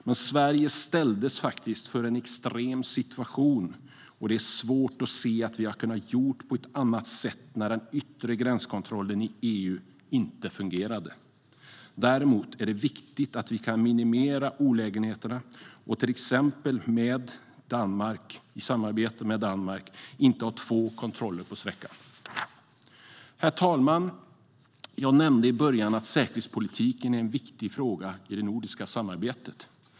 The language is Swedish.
Men Sverige ställdes inför en extrem situation, och det är svårt att se att vi hade kunnat göra på ett annat sätt när den yttre gränskontrollen i EU inte fungerade. Däremot är det viktigt att vi kan minimera olägenheterna och till exempel i samarbete med Danmark inte ha två kontroller på sträckan. Herr talman! Jag nämnde i början att säkerhetspolitiken är en viktig fråga i det nordiska samarbetet.